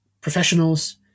professionals